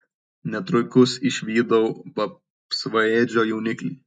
netrukus išvydau vapsvaėdžio jauniklį